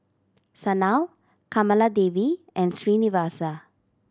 Sanal Kamaladevi and Srinivasa